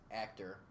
actor